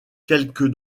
quelque